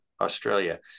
Australia